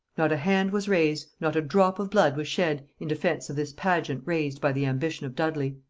not a hand was raised, not a drop of blood was shed, in defence of this pageant raised by the ambition of dudley.